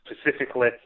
specifically